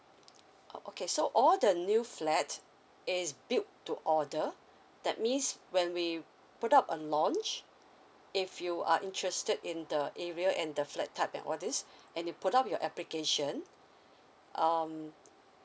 oh okay so all the new flat is built to order that means when we put up a launch if you are interested in the area and the flat type and all this and you put up your application um